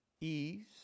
Ease